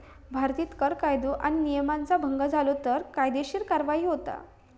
भारतीत कर कायदो आणि नियमांचा भंग झालो तर कायदेशीर कार्यवाही होता